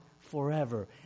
forever